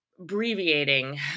abbreviating